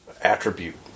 attribute